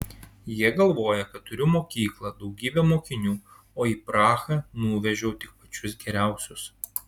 jie galvoja kad turiu mokyklą daugybę mokinių o į prahą nuvežiau tik pačius geriausius